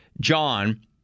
John